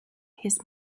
his